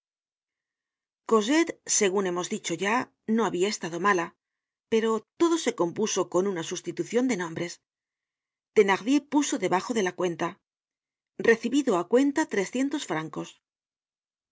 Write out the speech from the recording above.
cosette segun hemos dicho ya no habia estado mala pero todo se compuso con una sustitucion de nombres thenardier puso debajo de la cuenta recibido á cuenta francos